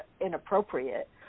inappropriate